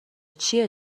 چیه